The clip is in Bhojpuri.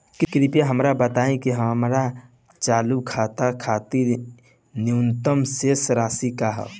कृपया हमरा बताइं कि हमर चालू खाता खातिर न्यूनतम शेष राशि का ह